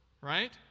right